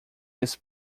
his